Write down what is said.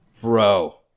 bro